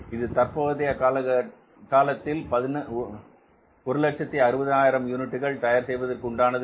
இது தற்போதைய காலத்தில் 160000 யூனிட்டுகள் தயார் செய்வதற்கு உண்டானது